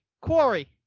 Quarry